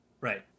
Right